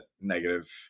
negative